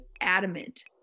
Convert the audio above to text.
adamant